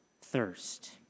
thirst